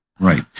Right